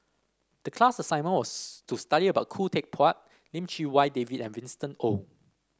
the class assignment was to study about Khoo Teck Puat Lim Chee Wai David and Winston Oh